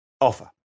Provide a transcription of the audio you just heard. offer